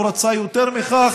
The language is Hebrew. הוא רצה יותר מכך,